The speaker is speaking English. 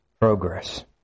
progress